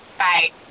bye